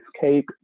cake